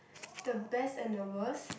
the best and the worst